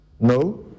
No